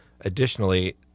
Additionally